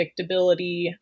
predictability